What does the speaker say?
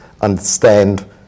understand